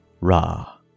Ra